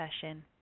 session